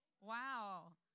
Wow